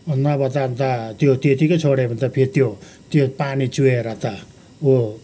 नभए त अन्त त्यो त्यतिकै छोड्यो भने त फेरि त्यो पानी चुहेर त ऊ